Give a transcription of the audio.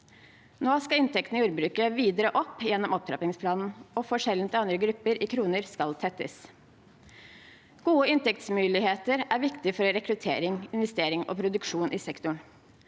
Nå skal inntektene i jordbruket videre opp gjennom opptrappingsplanen, og forskjellen til andre grupper, målt i kroner, skal tettes. Gode inntektsmuligheter er viktig for rekruttering, investeringer og produksjon i sektoren.